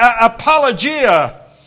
apologia